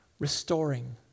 Restoring